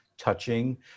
touching